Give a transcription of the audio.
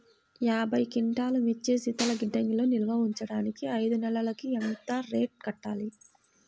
యాభై క్వింటాల్లు మిర్చి శీతల గిడ్డంగిలో నిల్వ ఉంచటానికి ఐదు నెలలకి ఎంత రెంట్ కట్టాలి?